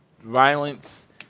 violence